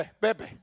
Baby